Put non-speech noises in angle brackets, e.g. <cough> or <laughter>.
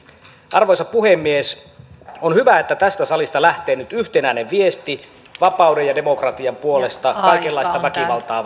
arvoisa puhemies on hyvä että tästä salista lähtee nyt yhtenäinen viesti vapauden ja demokratian puolesta kaikenlaista väkivaltaa <unintelligible>